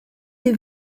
des